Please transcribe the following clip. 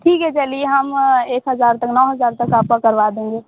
ठीक है चलिए हम एक हज़ार तक नौ हज़ार तक आपका करवा देंगे